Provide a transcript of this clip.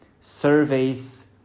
surveys